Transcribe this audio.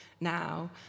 now